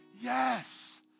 Yes